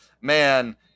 man